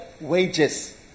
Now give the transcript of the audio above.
wages